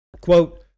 Quote